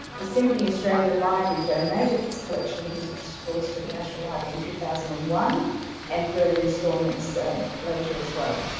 the symphony australia library donated its collection of music scores to the national library in two thousand and one and further installments later as well.